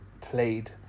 played